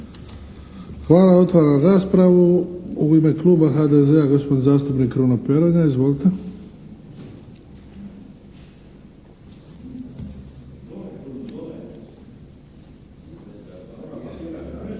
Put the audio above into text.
Hvala. Otvaram raspravu. U ime Kluba HDZ-a gospodin zastupnik Kruno Peronja. Izvolite. **Peronja,